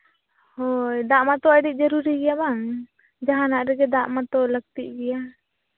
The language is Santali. ᱦᱳᱭ ᱫᱟᱜ ᱢᱟᱛᱚ ᱟᱹᱰᱤ ᱡᱟᱹᱨᱩᱨᱤ ᱜᱮᱭᱟ ᱵᱟᱝ ᱡᱟᱦᱟᱱᱟᱜ ᱨᱮᱜᱮ ᱫᱟᱜ ᱢᱟᱛᱚ ᱞᱟᱹᱠᱛᱤᱜ ᱜᱮᱭᱟ